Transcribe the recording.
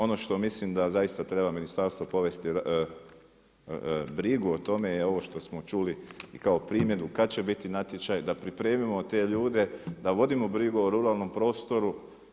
Ono što mislim da zaista treba ministarstvo povesti brigu o tome je ovo što smo čuli i kao primjedbu kad će biti natječaj, da pripremimo te ljude, da vodimo brigu o ruralnom prostoru.